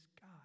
God